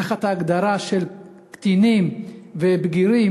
זה תחת הגדרה של קטינים ובגירים.